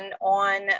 on